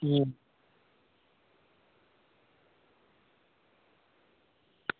হুম